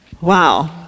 Wow